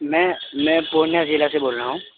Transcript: میں میں پورنیہ ضلع سے بول رہا ہوں